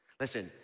Listen